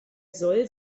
soll